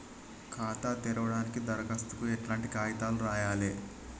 ఖాతా తెరవడానికి దరఖాస్తుకు ఎట్లాంటి కాయితాలు రాయాలే?